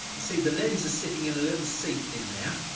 see the lens is sitting in a little seat in there,